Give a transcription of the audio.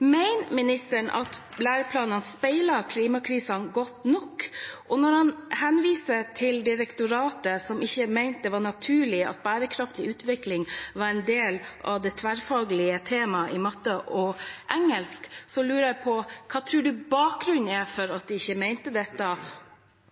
Mener ministeren at læreplanene speiler klimakrisen godt nok? Når han henviser til direktoratet, som ikke mente det var naturlig at bærekraftig utvikling var en del av det tverrfaglige temaet i matte og engelsk, lurer jeg på: Hva tror du bakgrunnen er for at de ikke mente dette?